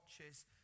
watches